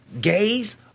gays